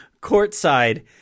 courtside